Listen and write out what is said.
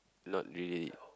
not really